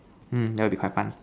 hmm that will be quite fun